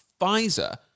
Pfizer